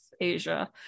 Asia